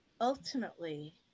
ultimately